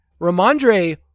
Ramondre